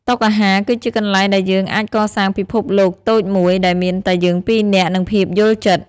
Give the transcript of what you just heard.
តុអាហារគឺជាកន្លែងដែលយើងអាចកសាងពិភពលោកតូចមួយ ដែលមានតែយើងពីរនាក់ និងភាពយល់ចិត្ត។